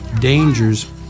dangers